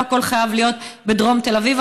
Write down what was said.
לא הכול חייב להיות בדרום תל אביב,